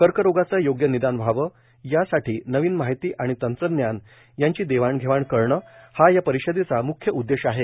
कर्करोगाचे योग्य निदान व्हावे यासाठी नवीन माहीती आणि नवे तंत्रज्ञान यांची देवाण घेवाण करणे हा या परिषदेचा मुख्य उद्देश आहे